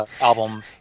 album